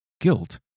Guilt